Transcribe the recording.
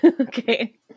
Okay